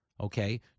okay